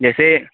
जैसे